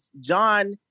John